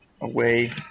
away